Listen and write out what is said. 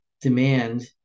demand